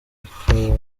ikabaha